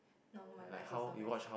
no my life also very sad